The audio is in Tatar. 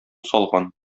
салган